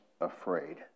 afraid